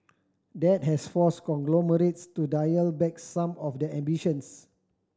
that has forced conglomerates to dial back some of their ambitions